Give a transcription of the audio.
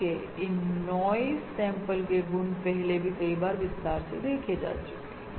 ठीक है इन नॉइस सैंपल के गुण पहले भी कई बार विस्तार से देख चुके हैं